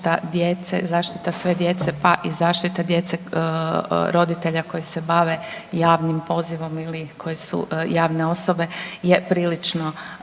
zaštita sve djece pa i zaštita djece roditelja koji se bave javnim pozivom ili koji su javne osobe je prilično